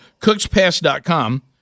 Cookspass.com